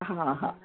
हां हां